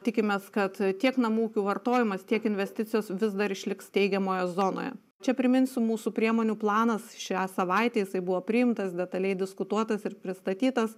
tikimės kad tiek namų ūkių vartojimas tiek investicijos vis dar išliks teigiamoje zonoje čia priminsiu mūsų priemonių planas šią savaitę jisai buvo priimtas detaliai diskutuotas ir pristatytas